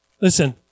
Listen